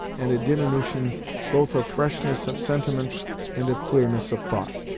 and a diminution both of freshness of sentiment and of clearness of thought.